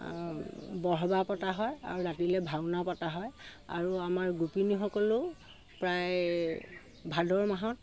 বৰসবাহ পতা হয় আৰু ৰাতিলে ভাওনা পতা হয় আৰু আমাৰ গোপিনীসকলেও প্ৰায় ভাদৰ মাহত